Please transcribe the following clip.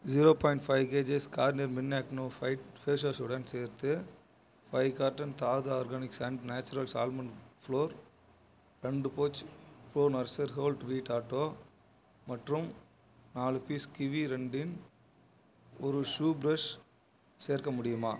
zero point five KGs Garnier men acno fight face வாஷூடன் சேர்த்து five carton தாது organics and naturals almond flour ரெண்டு pouch pro nature whole wheat atta மற்றும் நாலு piece Kiwi ரெண்டின் ஒரு ஷூ ப்ரெஷ் சேர்க்க முடியுமா